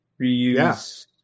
reuse